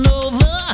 over